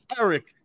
Eric